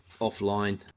offline